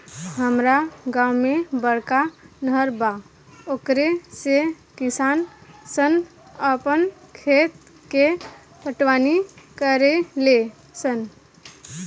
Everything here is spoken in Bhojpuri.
हामरा गांव में बड़का नहर बा ओकरे से किसान सन आपन खेत के पटवनी करेले सन